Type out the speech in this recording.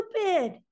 stupid